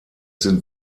sind